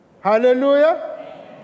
Hallelujah